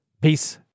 Peace